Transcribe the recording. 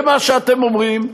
למה שאתם אומרים,